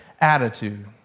attitude